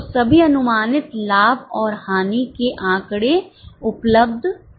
तो सभी अनुमानित लाभ और हानि के आंकड़े उपलब्ध हैं